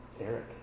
Eric